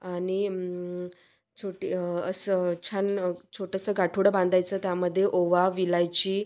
आणि छोटी असं छान छोटंसं गाठोडं बांधायचं त्यामध्ये ओवा इलायची